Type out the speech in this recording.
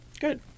Good